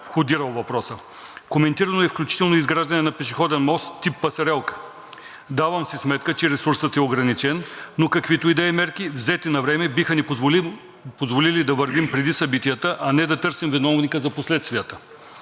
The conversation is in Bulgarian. входирал въпроса. Коментирано е включително и изграждане на пешеходен мост, тип „пасарелка“. Давам си сметка, че ресурсът е ограничен, но каквито и да е мерки, взети навреме, биха ни позволили да вървим преди събитията, а не да търсим виновника за последствията.